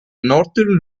northern